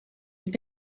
have